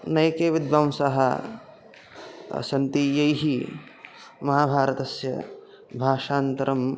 नैके विद्वांसः सन्ति यैः महाभारतस्य भाषान्तरम्